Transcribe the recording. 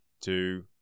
two